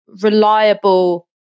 reliable